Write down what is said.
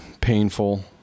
painful